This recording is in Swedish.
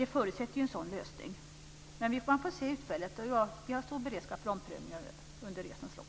Det förutsätter en sådan lösning. Man får se på utfallet. Vi har stor beredskap för omprövningar under resans gång.